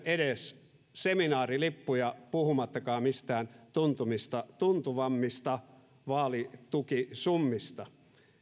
edes myydä seminaarilippuja puhumattakaan mistään tuntuvammista vaalitukisummista